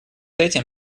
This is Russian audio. этим